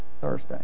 Thursday